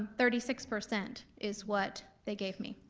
thirty six percent is what they gave me.